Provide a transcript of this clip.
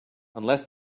unless